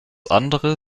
andere